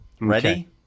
Ready